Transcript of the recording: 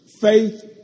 Faith